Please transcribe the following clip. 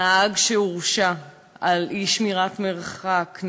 נהג שהורשע על אי-שמירת מרחק,